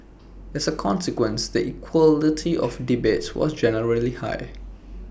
as A consequence the equality of debates was generally high